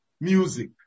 music